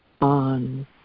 on